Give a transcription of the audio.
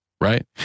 right